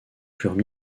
furent